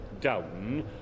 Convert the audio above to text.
down